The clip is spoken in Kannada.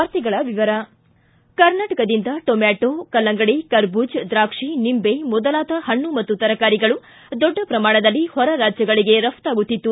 ವಾರ್ತೆಗಳ ವಿವರ ಕರ್ನಾಟಕದಿಂದ ಟೊಮ್ಟಾಟೋ ಕಲ್ಲಂಗಡಿ ಕರಬೂಜ ದ್ರಾಕ್ಷಿ ನಿಂಬೆ ಮೊದಲಾದ ಹಣ್ಣು ಮತ್ತು ತರಕಾರಿಗಳು ದೊಡ್ಡ ಪ್ರಮಾಣದಲ್ಲಿ ಹೊರ ರಾಜ್ಯಗಳಿಗೆ ರಫ್ತಾಗುತ್ತಿತ್ತು